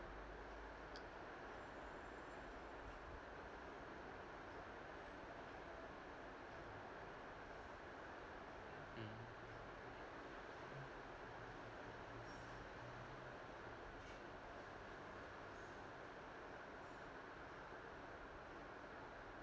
mm